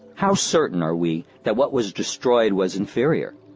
how certain are we that what was destroyed was inferior?